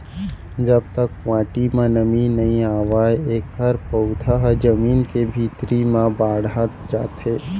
जब तक माटी म नमी नइ आवय एखर पउधा ह जमीन के भीतरी म बाड़हत जाथे